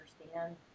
understand